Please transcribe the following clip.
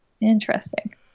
Interesting